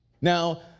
Now